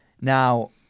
Now